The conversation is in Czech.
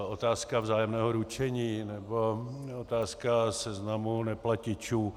Otázka vzájemného ručení nebo otázka seznamu neplatičů.